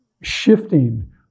shifting